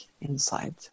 inside